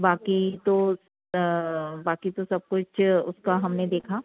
बाकी तो बाकी तो सब कुछ उसका हमने देखा